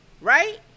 Right